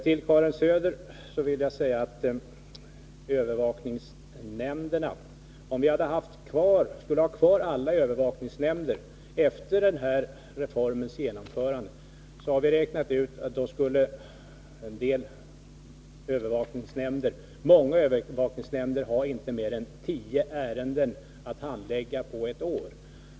Till Karin Söder vill jag säga att om vi skulle ha haft kvar alla övervakningsnämnder efter den här reformens genomförande, skulle — har vi räknat ut — många övervakningsnämnder inte ha haft mer än tio ärenden att handlägga på ett år.